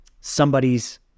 somebody's